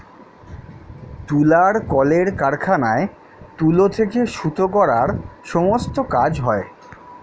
তুলার কলের কারখানায় তুলো থেকে সুতো করার সমস্ত কাজ হয়